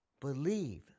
believe